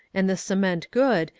and the cement good,